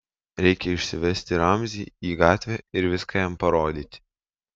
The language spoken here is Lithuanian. reikia išsivesti ramzį į gatvę ir viską jam parodyti